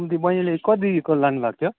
कम्ती बहिनीले कतिको लानु भएको थियो